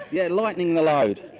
yeah lightening the load.